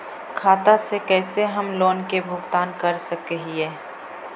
खाता से कैसे हम लोन के भुगतान कर सक हिय?